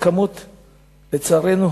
לצערנו,